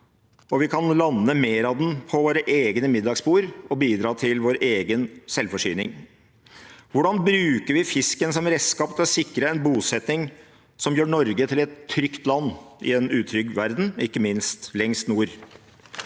og kan lande mer av den på våre egne middagsbord og bidra til vår egen selvforsyning? Hvordan bruker vi fisken som redskap til å sikre en bosetting som gjør Norge til et trygt land i en utrygg verden, ikke minst lengst nord?